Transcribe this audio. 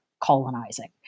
colonizing